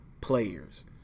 players